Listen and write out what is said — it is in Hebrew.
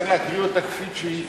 אני צריך להקריא אותה כפי שהיא